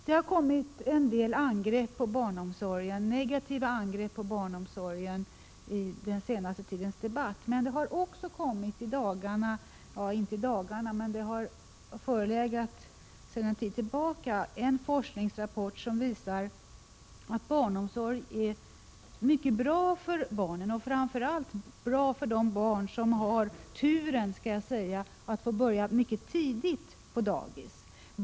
Det har gjorts en del angrepp mot barnomsorgen i den sista tidens debatt. Det har emellertid sedan en tid tillbaka förelegat en forskningsrapport som visar att barnomsorg är mycket bra för barnen, framför allt för de barn som har turen — så vill jag beteckna det — att få börja mycket tidigt på dagis.